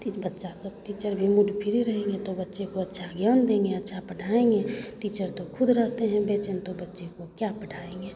teach बच्चा सब teacher भी मूड फ्री रहेंगे तो बच्चे को अच्छा ज्ञान देंगे अच्छा पढ़ाएँगे टीचर तो ख़ुद रहते हैं बेचैन तो बच्चे को क्या पढ़ाएँगे